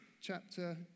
chapter